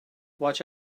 watch